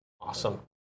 Awesome